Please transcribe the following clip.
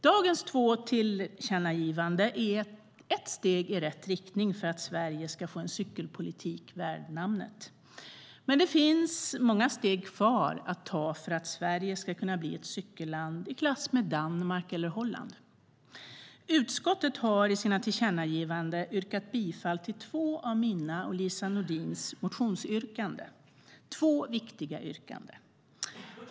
Dagens två tillkännagivanden är ett steg i rätt riktning för att Sverige ska få en cykelpolitik värd namnet. Men det finns många steg kvar att ta för att Sverige ska kunna bli ett cykelland i klass med Danmark eller Holland. Utskottet har i sina tillkännagivanden tillstyrkt två av mina och Lise Nordins motionsyrkanden. Det är två viktiga yrkanden.